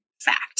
fact